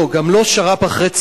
לא, גם לא שר"פ אחר-הצהריים.